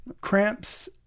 Cramps